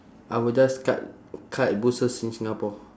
I will just cut cut bushes in singapore